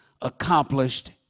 accomplished